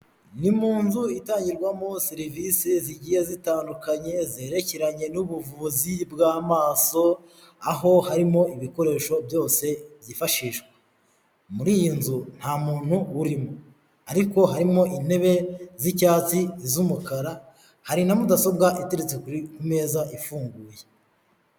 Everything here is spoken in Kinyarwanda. Ni mu nzu itangirwamo serivisi zigiye zitandukanye zerekeranye n'ubuvuzi bw'amaso, aho harimo ibikoresho byose byifashishwa. Muri iyi nzu nta muntu urimo. Ariko harimo intebe z'icyatsi, iz'umukara, hari na mudasobwa iteretse ku meza ifunguye.